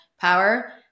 power